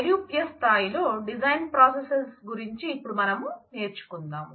నైరూప్య స్థాయిలో design process గురించి ఇప్పుడు మనం నేర్చుకుందాం